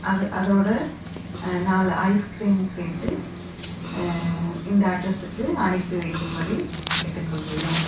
அது அதோடு நாலு ஐஸ்கிரீம் சேர்த்து இந்த அட்ரஸுக்கு அனுப்பி வைக்கும்படி கேட்டுக்கொள்கிறேன்